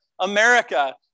America